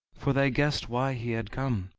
for they guessed why he had come,